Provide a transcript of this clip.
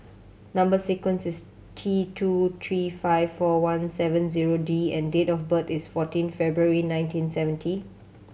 number sequence is T two three five four one seven zero D and date of birth is fourteen February nineteen seventy